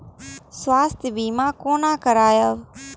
स्वास्थ्य सीमा कोना करायब?